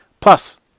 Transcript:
Plus